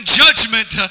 judgment